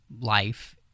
life